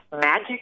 magic